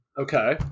Okay